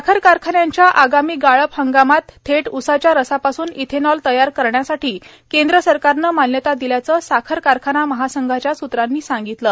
साखर कारखान्यांच्या आगामी गाळप हंगामात थेट उसाच्या रसापासून इथेनॉल तयार करण्यासाठी केंद्र सरकारनं मान्यता दिल्याचं साखर कारखाना महासंघाच्या सूत्रांनी सांगितलं